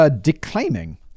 declaiming